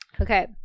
Okay